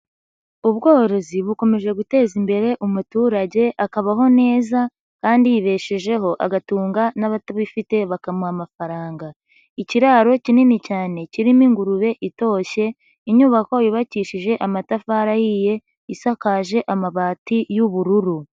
Ubworozi bukomeje guteza imbere umuturage akabaho neza kandi yibeshejeho agatunga n'abatabifite bakamuha amafaranga, ikiraro kinini cyane kirimo ingurube itoshye, inyubako yubakishije amatafari ahiye, isakaje amabati y'ubururu.